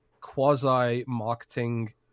quasi-marketing